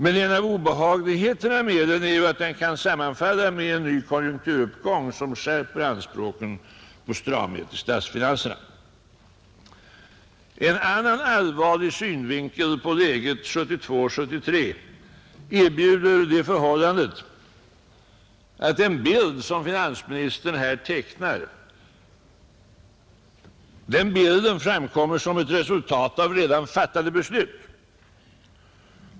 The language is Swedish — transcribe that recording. Men en av obehagligheterna med den är att den kan sammanfalla med en ny konjunkturuppgång som skärper anspråken på stramhet i statsfinanserna. En annan allvarlig synvinkel på läget 1972/73 erbjuder det förhållandet att den bild som finansministern här tecknar framkommer som ett resultat av redan fattade beslut.